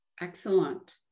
Excellent